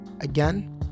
Again